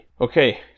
Okay